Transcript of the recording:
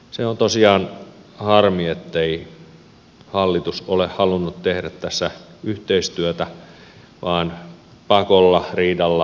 se on tosiaan harmi ettei hallitus ole halunnut tehdä tässä yhteistyötä vaan pakolla riidalla painaa eteenpäin